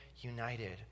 united